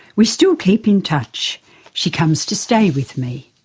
we still keep in touch she comes to stay with me.